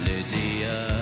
Lydia